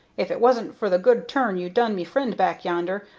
if it wasn't for the good turn you done me friend back yonder,